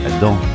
dans